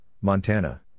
Montana